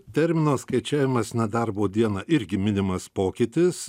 termino skaičiavimas nedarbo dieną irgi minimas pokytis